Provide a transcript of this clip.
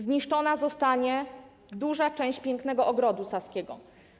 Zniszczona zostanie duża część pięknego Ogrodu Saskiego.